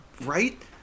Right